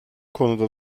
konuda